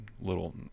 little